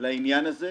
לעניין הזה,